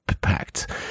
Pact